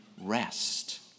rest